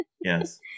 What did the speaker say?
Yes